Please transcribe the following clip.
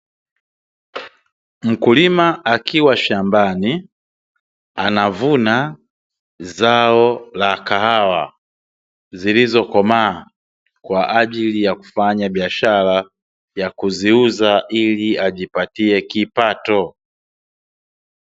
Mkulima akiwa shambani anavuna zao la kahawa zilizokomaa, kwa ajili ya kufanya biashara ya kuziuza ili ajipatie kipato.